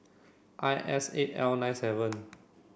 I S eight L nine seven